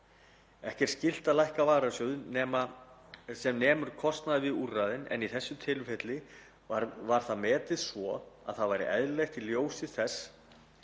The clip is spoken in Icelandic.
Ekki er skylt að lækka varasjóðinn sem nemur kostnaði við úrræðin en í þessu tilfelli var metið svo að það væri eðlilegt í ljósi þess